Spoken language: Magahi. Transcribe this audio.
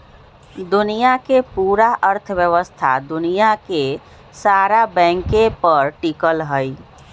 दुनिया के पूरा अर्थव्यवस्था दुनिया के सारा बैंके पर टिकल हई